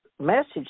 message